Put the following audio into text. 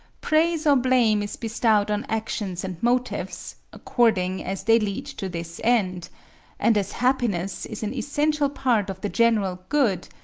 praise or blame is bestowed on actions and motives, according as they lead to this end and as happiness is an essential part of the general good,